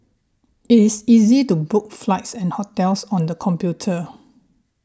it is easy to book flights and hotels on the computer